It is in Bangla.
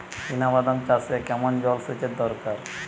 চিনাবাদাম চাষে কেমন জলসেচের দরকার?